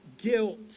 guilt